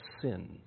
sin